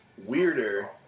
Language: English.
Weirder